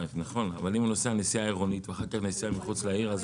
אבל אם הוא נוסע נסיעה עירונית ואז נסיעה מחוץ לעיר?